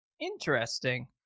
Interesting